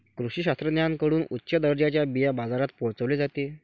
कृषी शास्त्रज्ञांकडून उच्च दर्जाचे बिया बाजारात पोहोचवले जाते